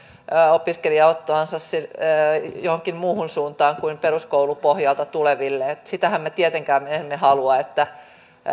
opiskelijaottoansa johonkin muuhun suuntaan kuin peruskoulupohjalta tuleville sitähän tietenkään me emme halua että